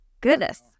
goodness